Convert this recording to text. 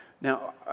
Now